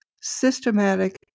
systematic